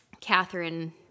Catherine